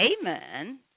Amen